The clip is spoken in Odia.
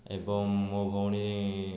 ଏବଂ ମୋ ଭଉଣୀ